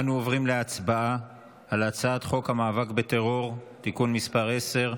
אנו עוברים להצבעה על הצעת חוק המאבק בטרור (תיקון מס' 10)